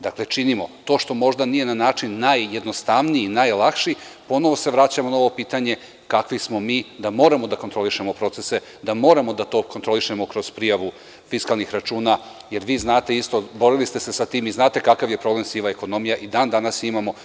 Dakle, to što možda nije na način najjednostavniji, najlakši, ponovo se vraćamo na ono pitanje kakvi smo mi da moramo da kontrolišemo procese, da moramo to da kontrolišemo kroz prijavu fiskalnih računa, jer vi znate isto, borili ste se sa time i znate kakav je problem siva ekonomija i dan danas imamo.